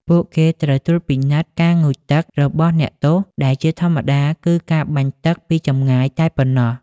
ពួកគេត្រូវត្រួតពិនិត្យការងូតទឹករបស់អ្នកទោស ដែលជាធម្មតាគឺការបាញ់ទឹកពីចម្ងាយតែប៉ុណ្ណោះ។